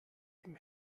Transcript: dem